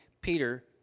Peter